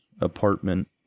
apartment